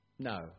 No